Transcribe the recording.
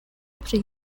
pri